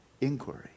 inquiry